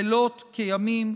לילות כימים,